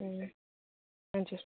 उम् हजुर